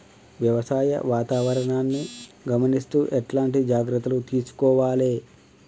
వ్యవసాయ వాతావరణాన్ని గమనిస్తూ ఎట్లాంటి జాగ్రత్తలు తీసుకోవాలే?